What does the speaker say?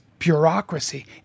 bureaucracy